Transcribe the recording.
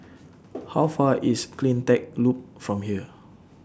How Far away IS CleanTech Loop from here